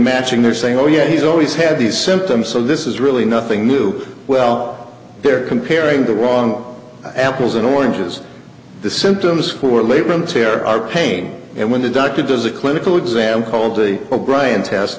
matching they're saying oh yeah he's always had these symptoms so this is really nothing new well they're comparing the wrong apples and oranges the symptoms for labor on terror are pain and when the doctor does a clinical exam called the o'brian test